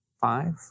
Five